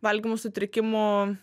valgymo sutrikimų